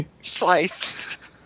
Slice